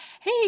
Hey